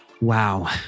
Wow